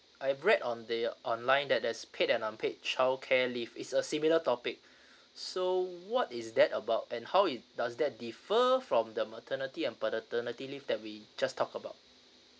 I read on the online that there's paid and unpaid childcare leave is a similar topic so what is that about and how it does that differ from the maternity and paternity leave that we just talk about